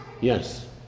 Yes